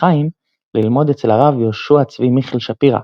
חיים – ללמוד אצל הרב יהושע צבי מיכל שפירא,